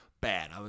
bad